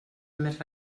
més